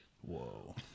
Whoa